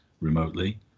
remotely